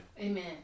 Amen